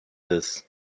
this